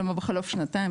כלומר בחלוף שנתיים,